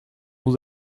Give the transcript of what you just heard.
vous